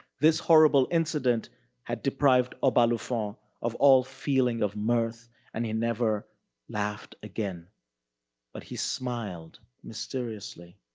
this horrible incident had deprived obalufon of all feeling of mirth and he never laughed again but he smiled mysteriously.